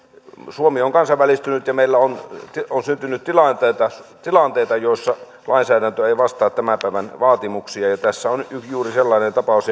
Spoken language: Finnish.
suomi on kansainvälistynyt ja meillä on on syntynyt tilanteita tilanteita joissa lainsäädäntö ei vastaa tämän päivän vaatimuksia ja ja tässä on nyt juuri sellainen tapaus